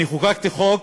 אני חוקקתי חוק